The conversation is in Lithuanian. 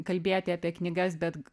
kalbėti apie knygas bet